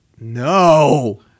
no